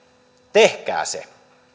tehkää se